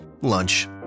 Lunch